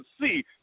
see